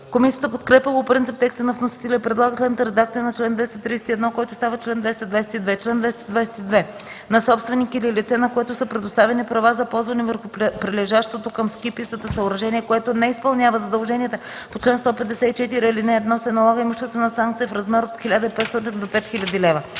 Комисията подкрепя по принцип текста на вносителя и предлага следната редакция на чл. 231, който става чл. 222: „Чл. 222. На собственик или лице, на което са предоставени права за ползване върху прилежащото към ски пистата съоръжение, което не изпълнява задълженията по чл. 154, ал. 1, се налага имуществена санкция в размер от 1500 до 5000 лв.”